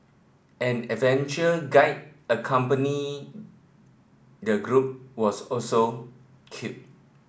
an adventure guide accompanying the group was also killed